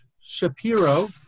Shapiro